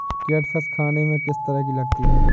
Catfish खाने में किस तरह की लगती है?